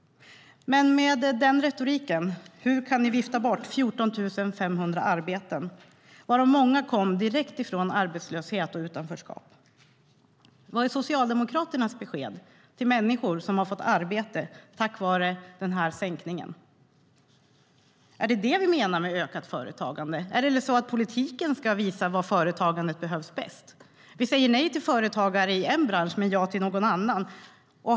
Men hur kan ni med den retoriken vifta bort 14 500 arbeten? Många av dem som fick arbete kom direkt från arbetslöshet och utanförskap. Vad är Socialdemokraternas besked till människor som har fått arbete tack vare denna sänkning? Är det detta vi menar med ökat företagande? Eller är det så att politiken ska visa var företagandet behövs bäst? Vi säger nej till företagare i en bransch men ja till någon annan.